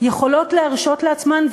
יכולות להרשות לעצמן,